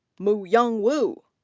muyang wu.